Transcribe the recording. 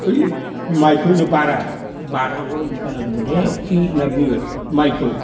ओइ माइखौ बारा बारा खरि दिबालागब'दे होनना बुङो माइखौ